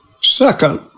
Second